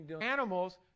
Animals